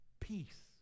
peace